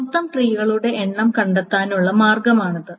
മൊത്തം ട്രീകളുടെ എണ്ണം കണ്ടെത്താനുള്ള മാർഗ്ഗമാണിത്